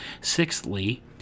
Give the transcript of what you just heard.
Sixthly